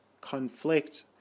conflict